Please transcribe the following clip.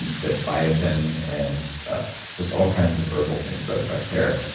that biotin, and just all kinds of herbal things that affect hair.